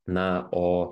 na o